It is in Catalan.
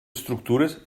estructures